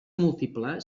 múltiple